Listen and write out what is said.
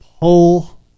pull